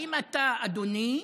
האם אתה, אדוני,